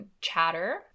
chatter